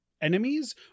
enemies